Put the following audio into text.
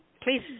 Please